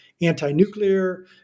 anti-nuclear